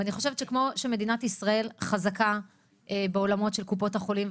ואני חושבת שכמו שמדינת ישראל חזקה בעולמות של קופות החולים,